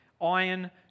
Iron